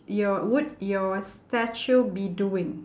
your would your statue be doing